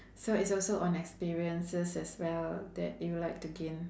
so it's also on experiences as well that you'll like to gain